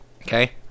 okay